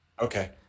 okay